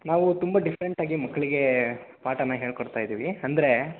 ನಾವು ತುಂಬ ಡಿಫ್ರೆಂಟಾಗಿ ಮಕ್ಕಳಿಗೆ ಪಾಠ ಹೇಳ್ಕೊಡ್ತಾಯಿದ್ದೀವಿ ಅಂದ್ರೆ